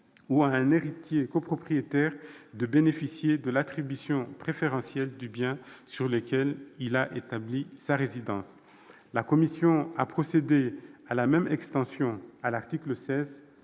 ou à un héritier copropriétaire de bénéficier de l'attribution préférentielle du bien sur lequel il a établi sa résidence. La commission a procédé à la même extension à l'article 6,